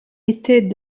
étaient